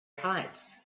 heights